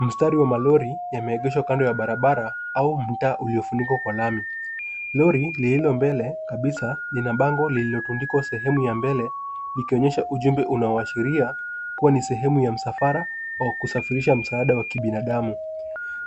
Mstari wa malori yameeegeshwa kando ya barabara au mtaa uliofunikwa kwa lami. Lori lililo mbele kabisa lina bango lililotundikwa sehemu ya mbele ikionyesha ujumbe unaoashiria kuwa ni sehemu ya msafara wa kusafirisha msaada wa kibinadamu.